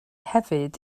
hefyd